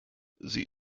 sie